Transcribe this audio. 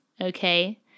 Okay